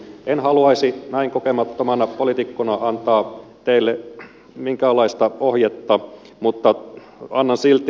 en haluaisi näin kokemattomana poliitikkona antaa teille minkäänlaista ohjetta mutta annan silti